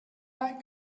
pas